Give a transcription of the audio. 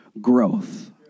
growth